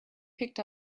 picked